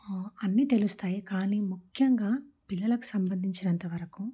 అన్ని తెలుస్తాయి కానీ ముఖ్యంగా పిల్లలకు సంబంధించిన అంత వరకు